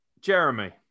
Jeremy